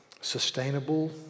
sustainable